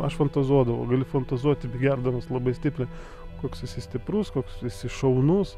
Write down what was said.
aš fantazuodavau gali fantazuoti begerdamas labai stipriai koks esi stiprus koks esi šaunus